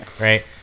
Right